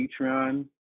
Patreon